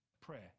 Prayer